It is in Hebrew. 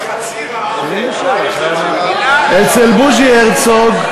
"אכן חציר העם" אצל בוז'י הרצוג,